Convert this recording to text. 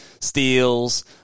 steals